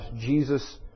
Jesus